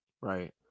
right